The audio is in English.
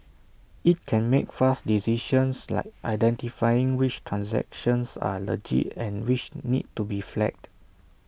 IT can make fast decisions like identifying which transactions are legit and which need to be flagged